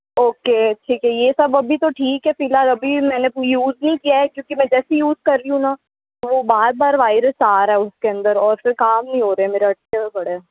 okay ठीक है ये सब अभी तो ठीक है फिलहाल अभी मैंने कोई यूज़ नहीं किया है क्योंकि मैं जैसे ही यूज़ कर रही हूँ ना वो बार बार वायरस आ रहा है उसके अंदर और फिर काम नहीं हो रहा है मेरा अटका हुआ पड़ा है